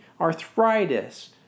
arthritis